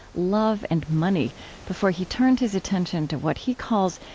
love, and money before he turned his attention to what he calls,